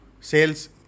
sales